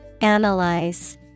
Analyze